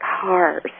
cars